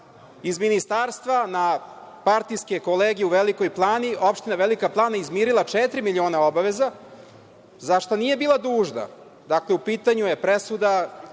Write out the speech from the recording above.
iz Ministarstva, na partijske kolege u Velikoj Plani, opština Velika Plana izmirila četiri miliona obaveza, za šta nije bila dužna. Dakle, u pitanju je presuda